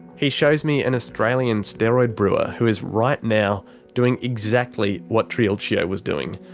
he shows me an australian steroid brewer who is right now doing exactly what triulcio was doing,